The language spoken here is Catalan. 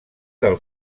del